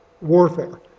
warfare